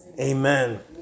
Amen